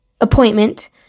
appointment